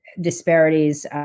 disparities